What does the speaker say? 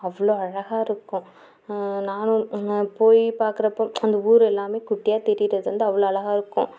அவ்வளோ அழகாக இருக்கும் நானும் போயி பார்க்குறப்போ அந்த ஊரு எல்லாமே குட்டியாக தெரிகிறது வந்து அவ்வளோ அழகாக இருக்கும்